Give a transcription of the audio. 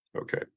Okay